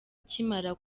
akimara